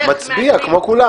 הוא מצביע, כמו כולם.